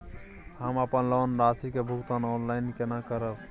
हम अपन लोन राशि के भुगतान ऑनलाइन केने करब?